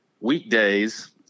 weekdays